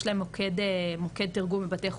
יש להם מוקד תרגום בבתי חולים,